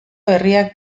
herriak